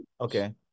Okay